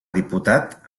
diputat